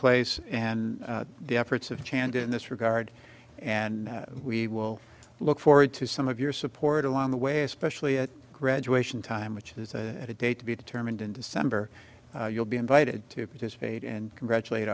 place and the efforts of chandra in this regard and we will look forward to some of your support along the way especially at graduation time which is a day to be determined in december you'll be invited to participate and congratulate